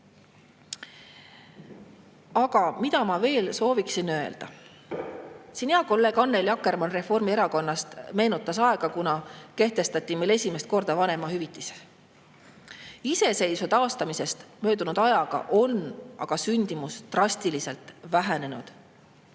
Ma soovin veel midagi öelda. Hea kolleeg Annely Akkermann Reformierakonnast meenutas siin aega, kunas kehtestati meil esimest korda vanemahüvitis. Iseseisvuse taastamisest möödunud ajaga on aga sündimus drastiliselt vähenenud.